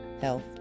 health